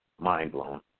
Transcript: Mind-blown